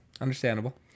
Understandable